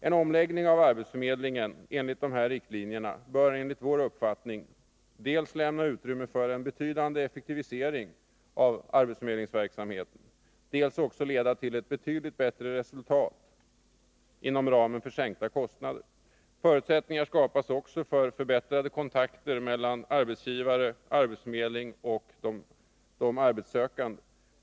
En omläggning av arbetsförmedlingen enligt dessa riktlinjer lämnar enligt vår uppfattning utrymme dels för en betydande effektivisering, dels för sänkta kostnader. Förutsättningar skapas också för förbättrade kontakter mellan arbetsgivare, arbetsförmedling och de arbetssökande.